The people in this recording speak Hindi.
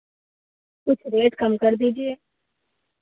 कुछ रेट कम कर दीजिए